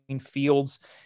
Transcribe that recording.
fields